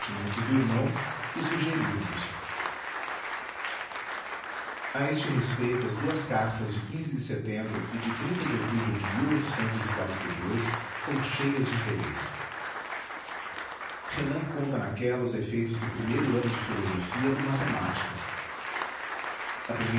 do irmão que sugerir lhos a este respeito as duas cartas de de setembro e de outubro de são cheias de interesse renan conta naquela os efeitos do primeiro ano de filosofia e matemática